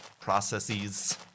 processes